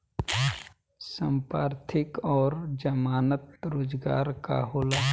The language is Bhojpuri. संपार्श्विक और जमानत रोजगार का होला?